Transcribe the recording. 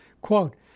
Quote